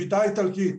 שביתה איטלקית.